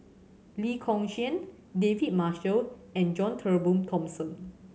Lee Kong Chian David Marshall and John Turnbull Thomson